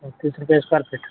بتیس روپئے square fit